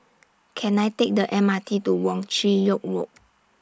Can I Take The M R T to Wong Chin Yoke Road